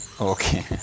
Okay